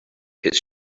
his